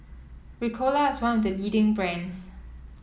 Ricola is one of the leading brands